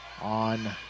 on